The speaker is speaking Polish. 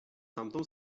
tamtą